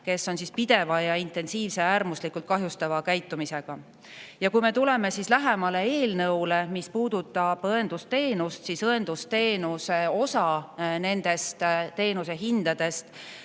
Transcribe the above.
kes on pideva ja intensiivse äärmuslikult kahjustava käitumisega. Tuleme eelnõule lähemale. Mis puudutab õendusteenust, siis õendusteenuse osa nendes teenusehindades